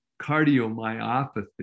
cardiomyopathy